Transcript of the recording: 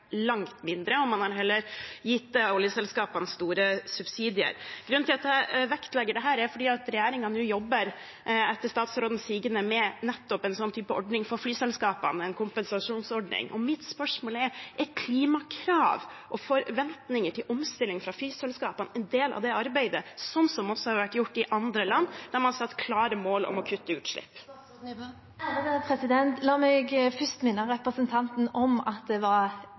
langt mindre, og man har heller gitt oljeselskapene store subsidier. Grunnen til at jeg vektlegger dette, er at regjeringen, etter statsrådens sigende, nå jobber med nettopp en sånn type ordning for flyselskapene – en kompensasjonsordning. Mitt spørsmål er: Er klimakrav og forventninger til omstilling i flyselskapene en del av det arbeidet, sånn det har vært i andre land, der man har satt klare mål om å kutte utslipp? La meg først minne representanten om at det var